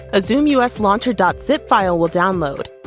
a zoom us launcher dot zip file will download.